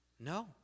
No